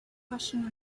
question